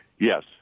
Yes